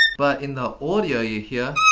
but in the audio, you hear.